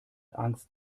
angst